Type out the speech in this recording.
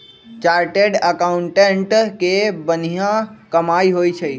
chartered accountant के बनिहा कमाई होई छई